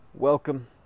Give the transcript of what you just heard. Welcome